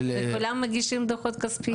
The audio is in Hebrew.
כי כולם מגישים דו"חות כספיים.